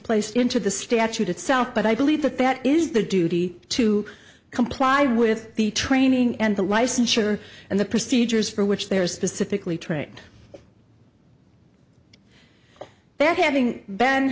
placed into the statute itself but i believe that that is their duty to comply with the training and the licensure and the procedures for which they are specifically trained they're having ban